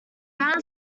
brown